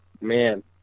man